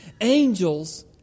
angels